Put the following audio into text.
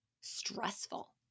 stressful